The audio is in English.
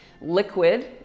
Liquid